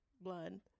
blood